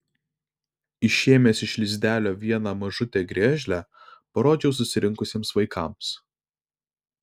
išėmęs iš lizdelio vieną mažutę griežlę parodžiau susirinkusiems vaikams